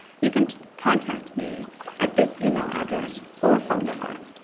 you can contact me at this email address or phone number.